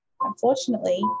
Unfortunately